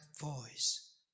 voice